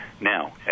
Now